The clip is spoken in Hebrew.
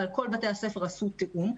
אבל כל בתי הספר עשו תיאום.